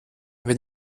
wenn